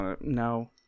No